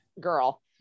girl